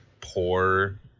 poor